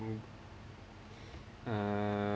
um uh